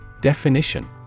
Definition